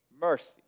mercy